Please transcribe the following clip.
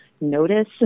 notice